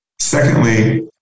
Secondly